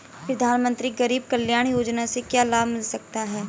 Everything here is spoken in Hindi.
प्रधानमंत्री गरीब कल्याण योजना से क्या लाभ मिल सकता है?